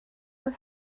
her